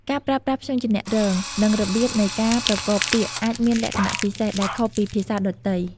ការប្រើប្រាស់ព្យញ្ជនៈរង និងរបៀបនៃការប្រកបពាក្យអាចមានលក្ខណៈពិសេស ដែលខុសពីភាសាដទៃ។